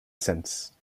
since